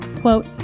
quote